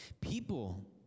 people